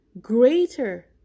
greater